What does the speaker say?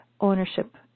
ownership